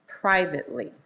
privately